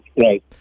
Right